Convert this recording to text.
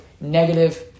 negative